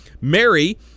Mary